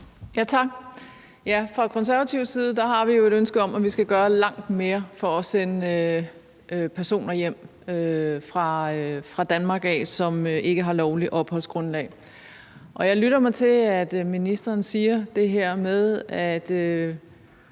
Tak. Fra konservativ side har vi jo et ønske om, at vi skal gøre langt mere for at sende personer, som ikke har lovligt opholdsgrundlag, hjem fra Danmark. Jeg lytter mig til, at ministeren siger det her med, at